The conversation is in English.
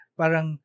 parang